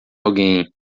alguém